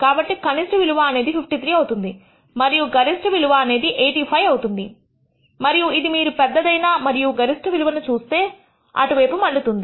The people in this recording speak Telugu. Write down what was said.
కాబట్టి కనిష్ట విలువ అనేది 53 అవుతుంది మరియు గరిష్ట విలువ 85 అవుతుంది మరియు ఇది మీరు పెద్దదైన మరియు గరిష్ట విలువ ను చూసే వైపు మళ్లుతుంది